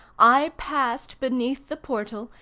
i passed beneath the portal,